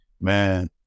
man